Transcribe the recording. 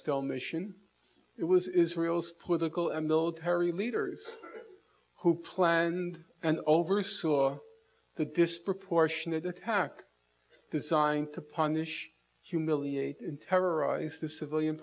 stone mission it was israel's political and military leaders who planned and oversaw the disproportionate attack designed to punish humiliate him terrorize the civilian